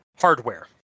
hardware